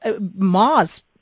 Mars